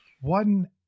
one